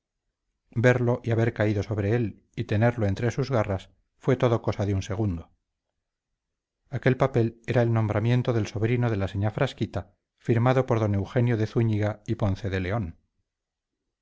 verlo y haber caído sobre él y tenerlo entre sus garras fue todo cosa de un segundo aquel papel era el nombramiento del sobrino de la señá frasquita firmado por don eugenio de zúñiga y ponce de león